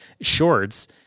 shorts